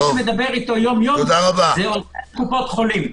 מי שמדבר אתו יום-יום זה קופות חולים.